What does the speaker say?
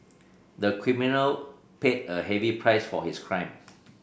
the criminal paid a heavy price for his crime